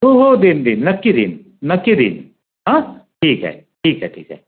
हो हो देईन देईन नक्की देईन नक्की देईन हां ठीक आहे ठीक आहे ठीक आहे